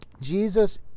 Jesus